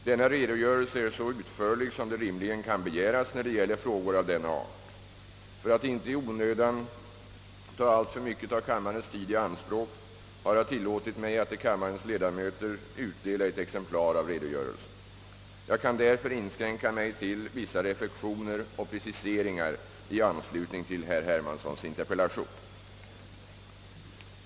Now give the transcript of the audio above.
Denna redogörelse är så utförlig, som det rimligen kan begäras när det gäller frågor av denna art. För att inte i onödan ta alltför mycket av kammarens tid i anspråk har jag tillåtit mig att till kammarens ledamöter utdela ett exemplar av redogörelsen. Jag kan därför inskränka mig till vissa reflexioner och Ppreciseringar i anslutning till herr Hermanssons interpellation.